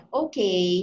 okay